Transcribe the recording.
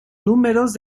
números